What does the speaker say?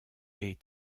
est